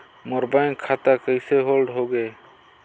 मोर bank खाता कइसे hold होगे?